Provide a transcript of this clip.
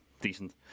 decent